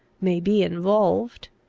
may be involved.